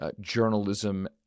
journalism